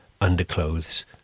underclothes